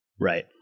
Right